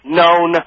known